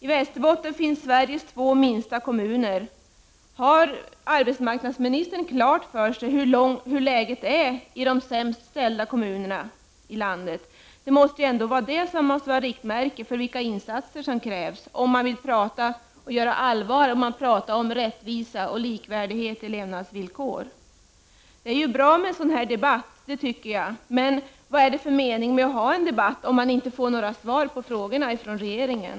I Västerbotten finns Sveriges två minsta kommuner. Har arbetsmarknadsministern klart för sig hur läget är i de sämst ställda kommunerna i landet? Det måste ändå vara riktmärket för vilka insatser som krävs, om man vill göra allvar av det man pratar om rättvisa och likvärdighet i levnadsvillkor. Det är bra med en sådan här debatt, det tycker jag, men vad är det för mening med att ha en debatt om vi inte får några svar på frågorna från regeringen?